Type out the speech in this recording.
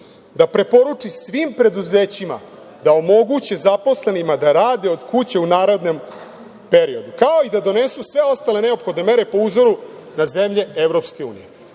da preporuči svim preduzećima da omoguće zaposlenima da rade od kuće u narednom periodu, kao i da donesu sve ostale neophodne mere po uzoru na zemlje Evropske unije. Sve